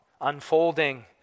unfolding